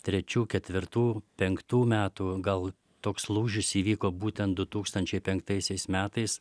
trečių ketvirtų penktų metų gal toks lūžis įvyko būtent du tūkstančiai penktaisiais metais